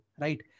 Right